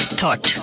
thought